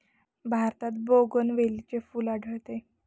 भारतात बोगनवेलीचे फूल आढळते